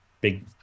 big